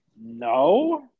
No